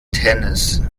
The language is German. tennis